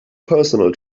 personal